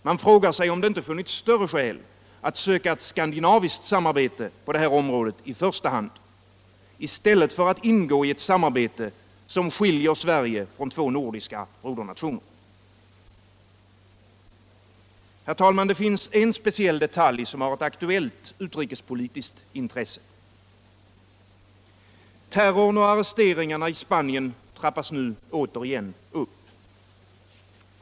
Man frågar sig om det inte funnits större skäl att i första hand söka ett skandinaviskt samarbete på detta område i stället för att ingå i ett samarbete som skiljer Sverige från två nordiska brodernationer. En speciell detalj har ett aktuellt utrikespolitiskt intresse. Terrorn och arresteringarna i Spanien trappas nu återigen upp.